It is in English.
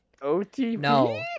OTP